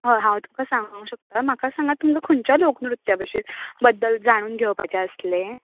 हय हांव तुमकां सांगूंक शकता म्हाका सांगात तुमकां खंयच्या लोकनृत्या बद्दल जाणून घेवपाचें आसलें